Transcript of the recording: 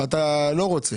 ואתה לא רוצה